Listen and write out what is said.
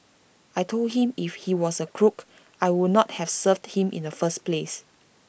I Told him if he was A crook I would not have served him in the first place